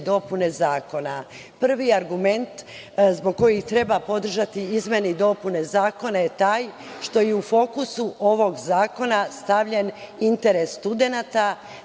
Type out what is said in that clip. dopune zakona. Prvi argument zbog koga treba podržati izmene i dopune zakona je taj što je u fokusu ovog zakona stavljen interes studenata